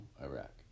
Iraq